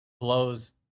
blows